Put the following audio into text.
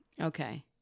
Okay